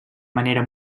manera